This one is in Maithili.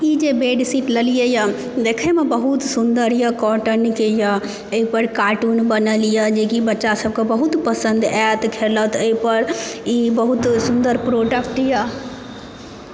ई जे बेडशीट लेलियै हँ देख़य मे बहुत सुन्दर यऽ कोटन के यऽ एहि पर कार्टून बनल यऽ जेकि बच्चा सबके बहुत पसन्द एत खेलत एहि पर ई बहुत सुन्दर प्रोडक्ट यऽ